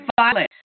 violence